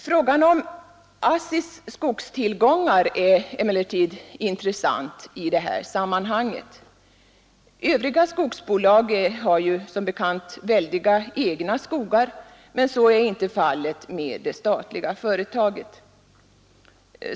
Frågan om ASSI:s skogstillgångar är emellertid intressant i det här sammanhanget. Övriga skogsbolag har som bekant väldiga egna skogar, men så är inte fallet med det statliga företaget.